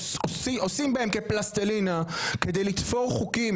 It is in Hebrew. עושים בהם כפלסטלינה כדי לתפור חוקים